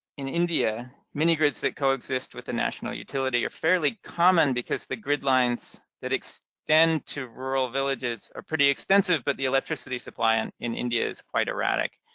in india, mini-grids that coexist with the national utility are fairly common because the gridlines that extend to rural villages are pretty extensive, but the electricity supply and in india is quite erratic.